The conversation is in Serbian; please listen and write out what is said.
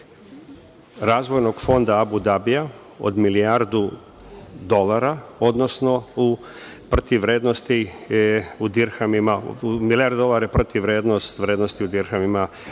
Razvojnog fonda Abu Dabija, od milijardu dolara, odnosno u protivvrednosti u dirhamima. Milijardu dolara je protivvrednost u dirhamima.